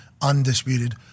undisputed